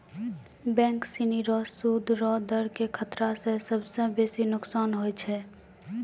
bank सिनी रो सूद रो दर के खतरा स सबसं बेसी नोकसान होय छै